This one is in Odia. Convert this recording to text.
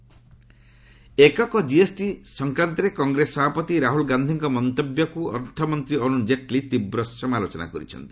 ଜେଟ୍ଲୀ ରାହୁଲ ଜିଏସଟି ଏକକ ଜିଏସ୍ଟି ସଂକ୍ରାନ୍ତରେ କଂଗ୍ରେସ ସଭାପତି ରାହୁଳ ଗାନ୍ଧୀଙ୍କ ମନ୍ତବ୍ୟକୁ ଅର୍ଥମନ୍ତ୍ରୀ ଅରୁଣ ଜେଟ୍ଲୀ ତୀବ୍ର ସମାଲୋଚନା କରିଛନ୍ତି